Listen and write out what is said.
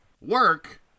work